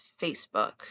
Facebook